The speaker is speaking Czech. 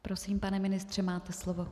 Prosím, pane ministře, máte slovo.